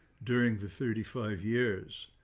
during the thirty five years,